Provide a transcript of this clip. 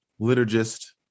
liturgist